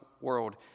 world